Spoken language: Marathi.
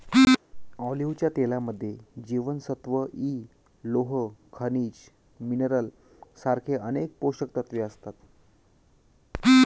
ऑलिव्हच्या तेलामध्ये जीवनसत्व इ, लोह, खनिज मिनरल सारखे अनेक पोषकतत्व असतात